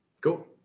Cool